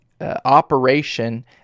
operation